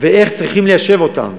ואיך צריכים ליישב אותם.